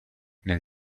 nel